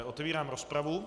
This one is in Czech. Otevírám rozpravu.